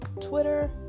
Twitter